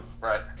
Right